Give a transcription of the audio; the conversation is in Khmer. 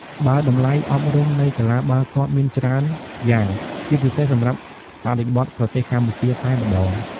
បើតម្លៃអប់រំនៃកីឡាបាល់ទាត់មានច្រើនយ៉ាង ជាពិសេសសម្រាប់បរិបទប្រទេសកម្ពុជាតែម្តង។